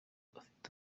afite